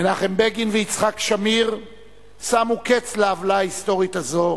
מנחם בגין ויצחק שמיר שמו קץ לעוולה ההיסטורית הזאת,